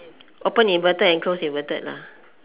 open inverted and close inverted lah